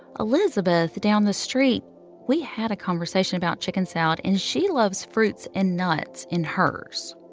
elizabeth down the street we had a conversation about chicken salad. and she loves fruits and nuts in hers.